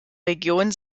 region